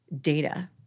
data